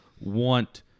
want